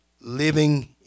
living